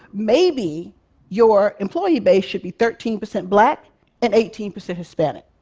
maybe your employee base should be thirteen percent black and eighteen percent hispanic,